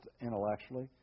intellectually